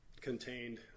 contained